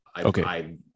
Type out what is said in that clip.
okay